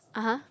(uh huh)